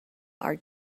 are